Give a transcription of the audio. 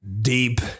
deep